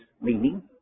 meaning